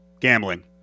Gambling